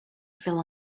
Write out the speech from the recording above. feel